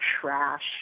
trash